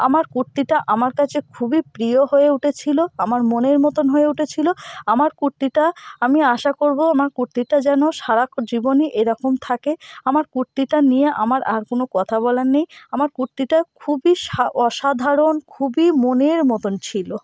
আমার কুর্তিটা আমার কাছে খুবই প্রিয় হয়ে উটেছিলো আমার মনের মতোন হয়ে উটেছিলো আমার কুর্তিটা আমি আশা করবো আমার কুর্তিটা যেন সারা জীবনই এরকম থাকে আমার কুর্তিটা নিয়ে আমার আর কোনো কথা বলার নেই আমার কুর্তিটা খুবই সা অসাধারণ খুবই মনের মতোন ছিলো